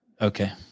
Okay